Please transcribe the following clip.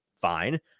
fine